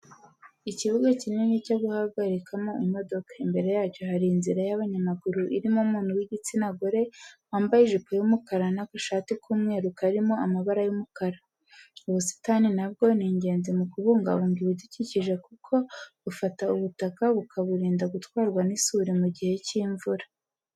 Ikibuga kinini cyo guhagarikamo imodoka, imbere yacyo hari inzira y'abanyamaguru irimo umuntu w'igitsina gore, wambaye ijipo y'umukara n'agashati k'umweru karimo amabara y'umukara. Ubusitani nabwo ni ingenzi mu kubungabunga ibidukikije kuko bufata ubutaka bukaburinda gutwarwa n'isuri mu gihe cy'imvura.